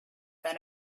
that